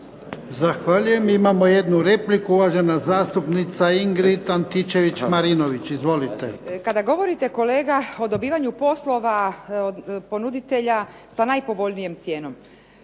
Zahvaljujem. Imamo jednu repliku. Uvažena zastupnica Ingrid Antičević Marinović. Izvolite. **Antičević Marinović, Ingrid (SDP)** Kada govorite kolega o dobivanju poslova od ponuditelja sa najpovoljnijom cijenom